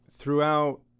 Throughout